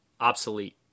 obsolete